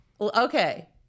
Okay